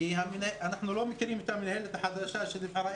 אנחנו לא מכירים את המנהלת החדשה שנבחרה,